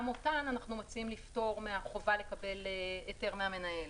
גם אותן אנחנו מציעים לפטור מהחובה לקבל היתר מהמנהל.